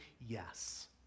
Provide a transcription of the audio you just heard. yes